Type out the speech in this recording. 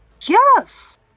Yes